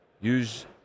use